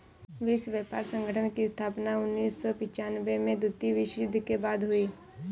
विश्व व्यापार संगठन की स्थापना उन्नीस सौ पिच्यानबें में द्वितीय विश्व युद्ध के बाद हुई